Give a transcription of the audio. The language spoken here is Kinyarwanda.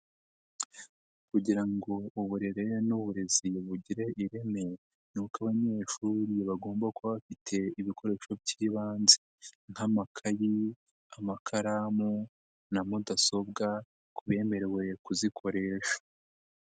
Kugira ngo uburere n'uburezi bugire ireme ni uko abanyeshuri bagomba kuba bafite ibikoresho by'ibanze nk'amakayi, amakaramu na mudasobwa ku bemerewe kuzikoresha.